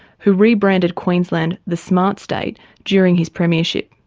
who re-branded queensland the smart state during his premiership.